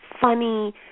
funny